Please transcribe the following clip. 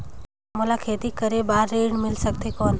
मोला खेती करे बार ऋण मिल सकथे कौन?